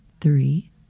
three